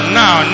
now